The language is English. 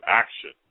action